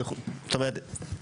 זאת אומרת,